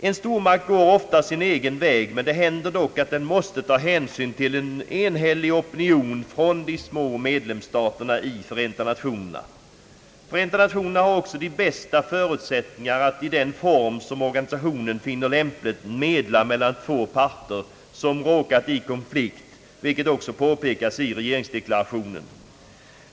En stormakt går ofta sin egen väg, men det händer att den måste ta hänsyn till en enhällig opinion bland de små medlemsstaterna i Förenta Nationerna. Förenta Nationerna har också de bästa förutsättningarna för att i den form som organisationen finner lämplig medla mellan två parter som råkat i konflikt — vilket också påpekas i regeringsdeklarationen.